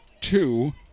two